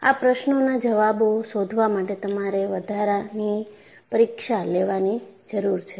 આ પ્રશ્નોના જવાબો શોધવા માટે તમારે વધારાની પરીક્ષા લેવાની જરૂર છે